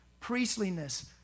priestliness